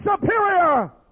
superior